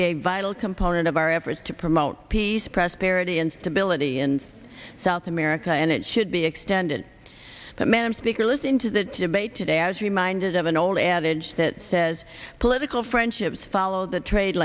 be a vital component of our efforts to promote peace prosperity and stability in south america and it should be extended the man speak or listen to that debate today i was reminded of an old adage that says political friendships follow the trade